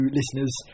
listeners